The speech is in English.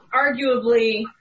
arguably